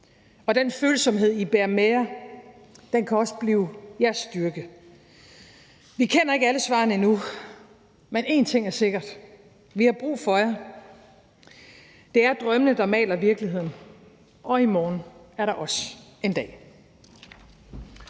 og den følsomhed, I bærer med jer, kan også blive jeres styrke. Vi kender ikke alle svarene endnu, men én ting er sikkert: Vi har brug for jer. Det er drømmene, der maler virkeligheden, og i morgen er der også en dag.